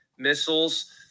missiles